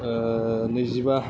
नैजिबा